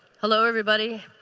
hello, everybody.